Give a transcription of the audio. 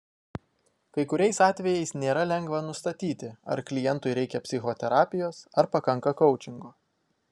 kai kuriais atvejais nėra lengva nustatyti ar klientui reikia psichoterapijos ar pakanka koučingo